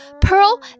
Pearl